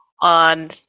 on